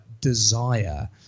desire